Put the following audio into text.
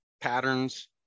patterns